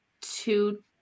two